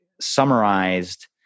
summarized